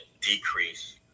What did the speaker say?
decrease